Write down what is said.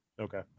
Okay